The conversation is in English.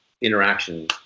interaction